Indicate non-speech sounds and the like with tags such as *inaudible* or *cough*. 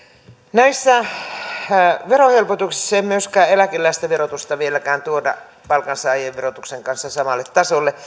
näissä verohelpotuksissa ei myöskään eläkeläisten verotusta vieläkään tuoda palkansaajien verotuksen kanssa samalle tasolle *unintelligible*